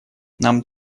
нам